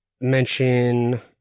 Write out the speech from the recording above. mention